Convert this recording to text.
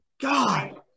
God